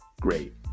great